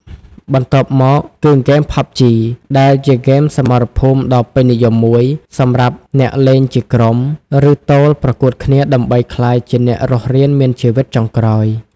បន្ទាប់មក គឺហ្គេមផប់ជី ដែលជាហ្គេមសមរភូមិដ៏ពេញនិយមមួយ សម្រាប់អ្នកលេងជាក្រុម ឬទោលប្រកួតគ្នាដើម្បីក្លាយជាអ្នករស់រានមានជីវិតចុងក្រោយ។